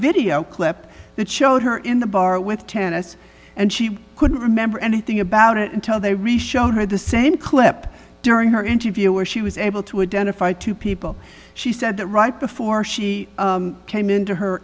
video clip that showed her in the bar with tennis and she couldn't remember anything about it until they reach showed her the same clip during her interview where she was able to identify two people she said that right before she came into her